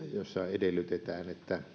edellytetään että nämä